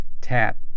Tap